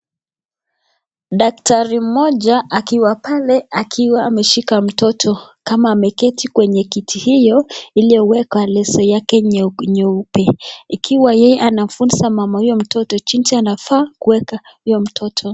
Daktari mmoja akiwa pale akiwa ameshika mtoto kama ameketi kwenye kiti hio ili awe kwa leso yake nyeupe, ikiwa yeye anafunza mama huyo mtoto jinsi anafaa kueka huyo mtoto.